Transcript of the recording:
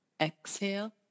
Exhale